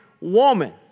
woman